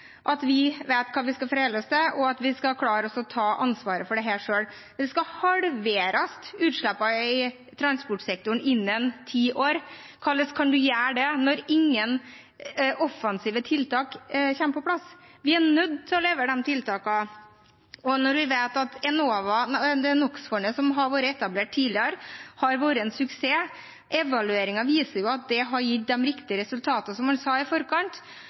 at vi vet hva vi skal forholde oss til, og vi skal klare å ta ansvaret for dette selv. Utslippene i transportsektoren skal halveres innen ti år. Hvordan kan man gjøre det når ingen offensive tiltak kommer på plass? Vi er nødt til å levere de tiltakene, og når vi vet at det NOx-fondet som ble etablert tidligere, har vært en suksess – evalueringen viser at det har gitt de riktige resultatene som man i forkant